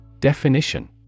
Definition